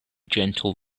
gentle